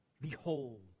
Behold